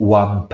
one